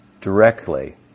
directly